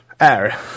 air